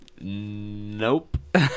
Nope